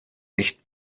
nicht